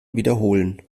wiederholen